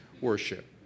worship